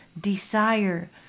desire